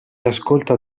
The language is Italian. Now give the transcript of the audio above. ascolta